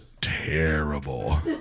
terrible